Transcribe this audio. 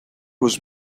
was